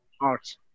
art